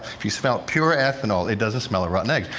if you smelt pure ethanol, it doesn't smell of rotten eggs.